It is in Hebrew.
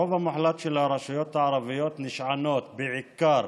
הרוב המוחלט של הרשויות הערביות נשענות בעיקר